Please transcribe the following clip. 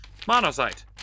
Monocyte